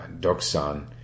Doksan